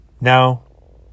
No